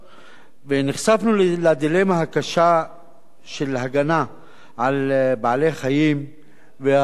נחשפנו לדילמה הקשה של הגנה על בעלי-חיים והרגישות